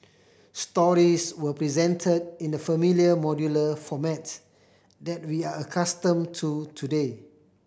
stories were presented in the familiar modular format that we are accustomed to today